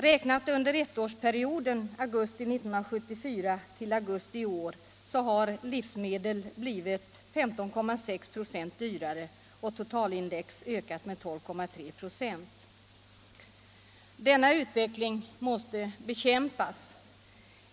Räknat under ettårsperioden från augusti 1974 till augusti i år har livsmedlen blivit 15,6 96 dyrare och totalindex har ökat med 12,3 96. Denna utveckling måste bekämpas.